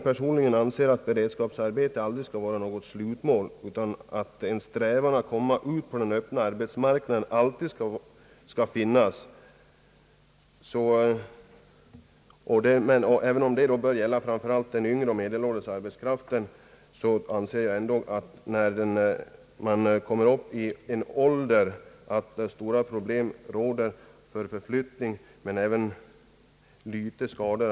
Personligen anser jag att beredskapsarbeten aldrig skall vara något slutmål utan att det i varje fall beträffande den yngre och medelålders arbetskraften alltid måste finnas en strävan att nå anställningar på den öppna arbetsmarknaden.